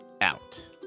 out